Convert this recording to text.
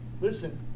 Listen